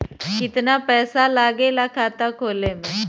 कितना पैसा लागेला खाता खोले में?